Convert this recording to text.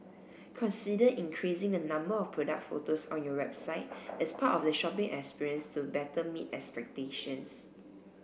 consider increasing the number of product photos on your website as part of the shopping experience to better meet expectations